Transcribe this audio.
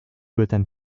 gotham